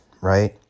right